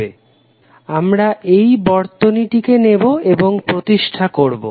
Refer Slide Time 0157 আমরা এই বর্তনীটিকে নেবো এবং প্রতিষ্ঠা করবো